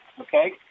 okay